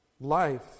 Life